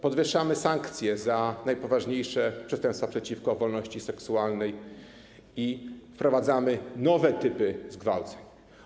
Podwyższamy sankcje za najpoważniejsze przestępstwa przeciwko wolności seksualnej i wprowadzamy nowe typy zgwałceń.